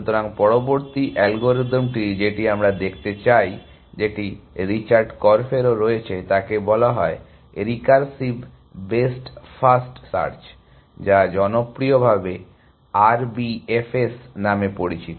সুতরাং পরবর্তী অ্যালগরিদমটি যেটি আমরা দেখতে চাই যেটি রিচার্ড কর্ফেরও রয়েছে তাকে বলা হয় রিকার্সিভ বেস্ট ফার্স্ট সার্চ যা জনপ্রিয়ভাবে RBFS নামে পরিচিত